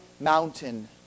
mountain